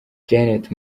janet